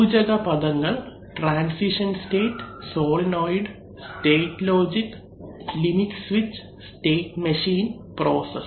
സൂചക പദങ്ങൾ transition state solenoid state logic limit switch state machine process